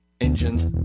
Engines